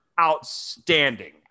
outstanding